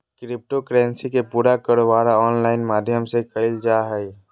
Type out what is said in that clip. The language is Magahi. क्रिप्टो करेंसी के पूरा कारोबार ऑनलाइन माध्यम से क़इल जा हइ